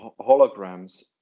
holograms